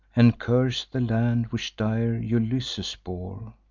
and curse the land which dire ulysses bore.